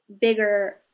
bigger